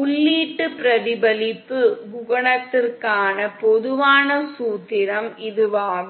உள்ளீட்டு பிரதிபலிப்பு குணகத்திற்கான பொதுவான சூத்திரம் இதுவாகும்